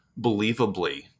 believably